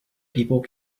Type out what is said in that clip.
people